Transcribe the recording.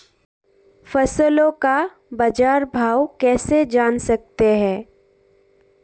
फसलों का बाज़ार भाव कैसे जान सकते हैं?